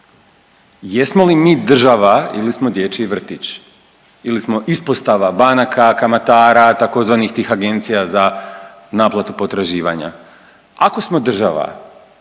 Jesmo li mi država ili smo dječji vrtić ili smo ispostava banaka, kamatara, tzv. tih agencija za naplatu potraživanja? Ako smo država